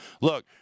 look